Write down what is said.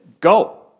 go